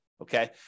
Okay